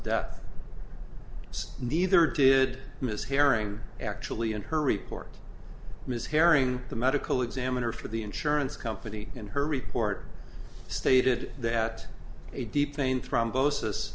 death neither did miss herring actually in her report ms herring the medical examiner for the insurance company in her report stated that